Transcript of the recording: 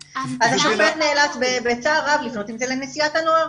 השופט נאלץ בצער רב לפנות עם זה לנשיאת הנוער,